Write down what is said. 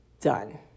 done